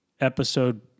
episode